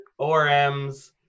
ORMs